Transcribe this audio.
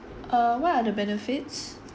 uh what are the benefits